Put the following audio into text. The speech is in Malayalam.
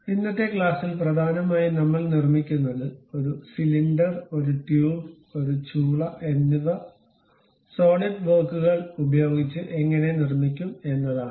ഇന്നത്തെ ക്ലാസ്സിൽ പ്രധാനമായും നമ്മൾ നിർമിക്കുന്നത് ഒരു സിലിണ്ടർ ഒരു ട്യൂബ് ഒരു ചൂള എന്നിവ സോളിഡ് വർക്കുകൾ ഉപയോഗിച്ച് എങ്ങനെ നിർമ്മിക്കും എന്നതാണ്